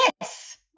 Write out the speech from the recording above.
Yes